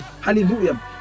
Hallelujah